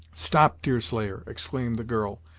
stop, deerslayer, exclaimed the girl,